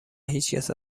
هیچکس